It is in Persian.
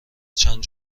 چند